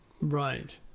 Right